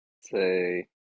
say